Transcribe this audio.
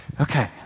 Okay